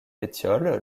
pétiole